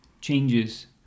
changes